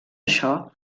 això